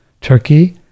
Turkey